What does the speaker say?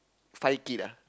five kid lah